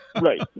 Right